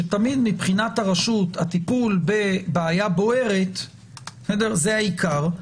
שתמיד מבחינת הרשות הטיפול בבעיה בוערת הוא העיקר,